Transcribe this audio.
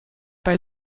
bei